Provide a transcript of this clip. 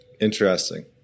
Interesting